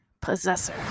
Possessor